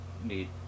need